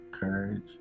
courage